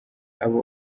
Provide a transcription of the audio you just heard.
abo